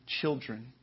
children